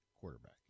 quarterback